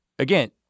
Again